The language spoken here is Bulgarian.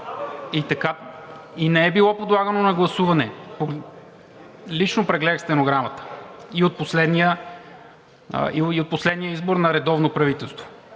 и не е било подлагано на гласуване. Лично прегледах стенограмата и от последния избор за редовно правителство.